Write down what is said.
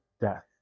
death